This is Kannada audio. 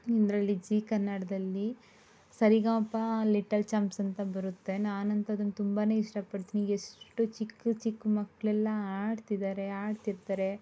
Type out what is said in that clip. ಇದರಲ್ಲಿ ಜೀ ಕನ್ನಡದಲ್ಲಿ ಸರಿಗಮಪ ಲಿಟಲ್ ಚಾಂಪ್ಸ್ ಅಂತ ಬರುತ್ತೆ ನಾನಂತು ಅದನ್ನ ತುಂಬಾನೆ ಇಷ್ಟಪಡ್ತೀನಿ ಎಷ್ಟು ಚಿಕ್ಕ ಚಿಕ್ಕ ಮಕ್ಳೆಲ್ಲ ಹಾಡ್ತಿದ್ದಾರೆ ಹಾಡ್ತಿರ್ತಾರೆ